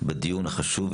בדיון החשוב,